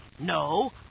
No